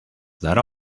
that